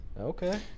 Okay